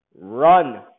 run